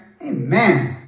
Amen